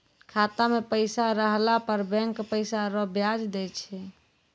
खाता मे पैसा रहला पर बैंक पैसा रो ब्याज दैय छै